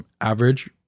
average